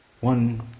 One